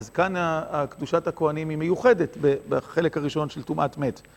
אז כאן קדושת הכוהנים היא מיוחדת בחלק הראשון של טומאת מת.